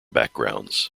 backgrounds